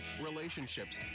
relationships